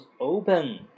open